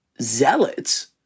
zealots